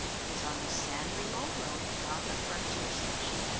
it is on the san remo road beyond the frontier station.